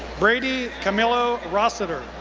brady camilo rossiter,